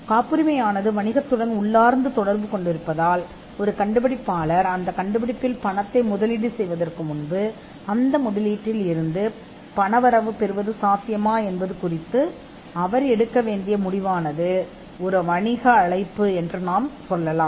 ஏனென்றால் அது வணிகத்துடன் இயல்பாகவே பிணைக்கப்பட்டுள்ளதால் இது ஒரு வணிக அழைப்பு அல்லது ஒரு முதலீட்டாளர் அவர் முதலீடு செய்யும் பணத்திற்கு சாத்தியமான வருமானம் கிடைக்குமா என்பதைப் பார்த்து பணத்தை முதலீடு செய்வதில் எடுக்க வேண்டிய அழைப்பு இது